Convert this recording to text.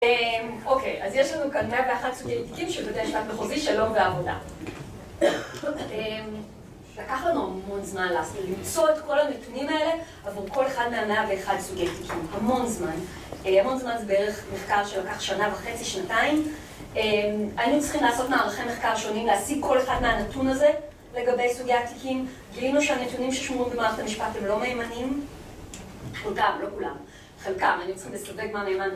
‫אוקיי, אז יש לנו כאן 101 סוגי תיקים ‫של בתי משפט מחוזי שלום ועבודה. ‫לקח לנו המון זמן למצוא את כל ‫הנתונים האלה עבור כל אחד מה-101 ‫סוגי תיקים, המון זמן. ‫המון זמן זה בערך מחקר ‫שלקח שנה וחצי, שנתיים. ‫היינו צריכים לעשות מערכי מחקר ‫שונים, להשיג כל אחד מהנתון הזה ‫לגבי סוגי התיקים, גילינו שהנתונים ‫ששמורים במערכת המשפט הם לא מהיימנים. ‫חלקם, לא כולם. חלקם.